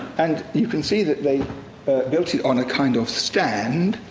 and you can see that they built it on a kind of stand.